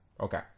okay